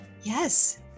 Yes